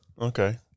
Okay